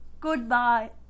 Goodbye